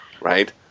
right